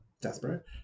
desperate